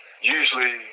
usually